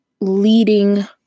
leading